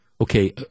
okay